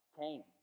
came